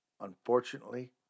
unfortunately